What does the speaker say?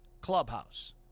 clubhouse